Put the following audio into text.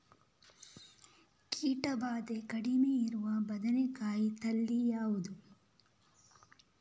ಕೀಟ ಭಾದೆ ಕಡಿಮೆ ಇರುವ ಬದನೆಕಾಯಿ ತಳಿ ಯಾವುದು?